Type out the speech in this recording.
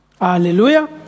Hallelujah